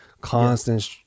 constant